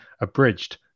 Abridged